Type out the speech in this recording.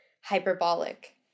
hyperbolic